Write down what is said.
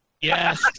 Yes